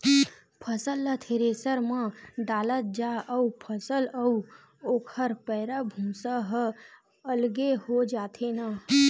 फसल ल थेरेसर म डालत जा अउ फसल अउ ओखर पैरा, भूसा ह अलगे हो जाथे न